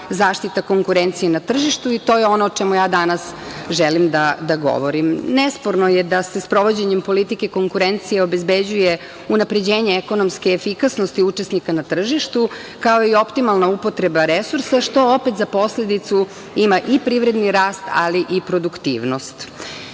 zaštita konkurencije na tržištu i to je ono o čemu ja danas želim da govorim. Nesporno je da se sprovođenjem politike konkurencije obezbeđuje unapređenje ekonomske efikasnosti učesnika na tržištu, kao i optimalna upotreba resursa, što opet za posledicu ima i privredni rast, ali i produktivnost.